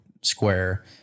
square